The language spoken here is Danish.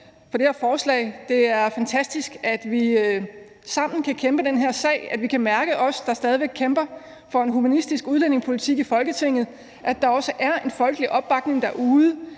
det her forslag. Det er fantastisk, at vi sammen kan kæmpe den her sag, at vi, os, der stadig kæmper for en humanistisk udlændingepolitik i Folketinget, kan mærke, at der også er en folkelig opbakning derude,